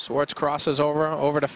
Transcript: sorts crosses over over to